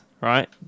right